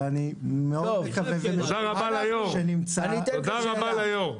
ואני מאוד מקווה ומשוכנע שנמצא --- תודה רבה ליו"ר.